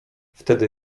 wtedy